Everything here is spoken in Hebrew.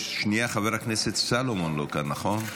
שנייה, חבר הכנסת סולומון לא כאן, נכון?